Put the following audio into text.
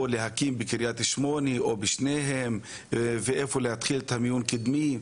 בקרית שמונה או בשניהם ואיפה להתחיל מיון קדמי.